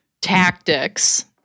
tactics